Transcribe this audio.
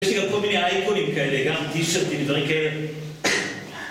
יש לי גם כל מיני אייקונים כאלה, גם טישרטים, דברים כאלה...